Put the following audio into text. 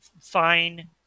fine